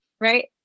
Right